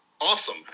awesome